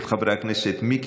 הצעות מס'